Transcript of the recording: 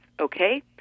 okay